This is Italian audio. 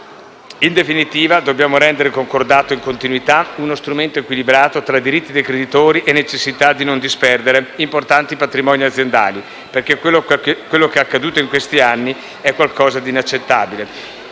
In definitiva, dobbiamo rendere il concordato in continuità uno strumento equilibrato tra diritti dei creditori e necessità di non disperdere importanti patrimoni aziendali, perché quello che è accaduto in questi anni è qualcosa di inaccettabile.